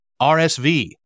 RSV